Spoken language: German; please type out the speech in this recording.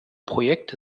projekt